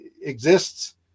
exists